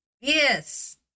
Yes